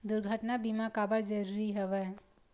दुर्घटना बीमा काबर जरूरी हवय?